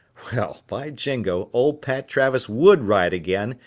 well by jingo, old pat travis would ride again,